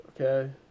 Okay